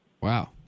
Wow